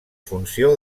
funció